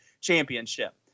championship